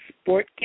sport